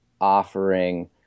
offering